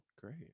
Great